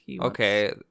Okay